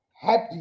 happy